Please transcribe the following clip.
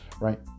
right